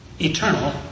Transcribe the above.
eternal